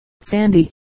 sandy